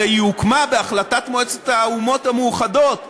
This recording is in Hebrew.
הרי היא הוקמה בהחלטת מועצת האומות המאוחדות ב-1947.